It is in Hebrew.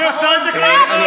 היא עושה את זה כל הזמן.